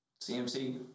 CMC